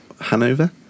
Hanover